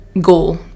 goal